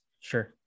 Sure